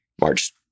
March